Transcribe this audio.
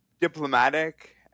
diplomatic